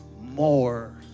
more